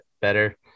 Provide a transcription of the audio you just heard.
better